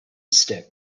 stick